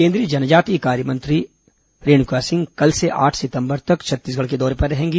केंद्रीय जनजातीय कार्य राज्यमंत्री रेणुका सिंह कल से आठ सितंबर तक छत्तीसगढ़ के दौरे पर रहेंगी